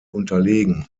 unterlegen